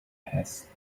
has